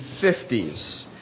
1950s